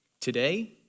Today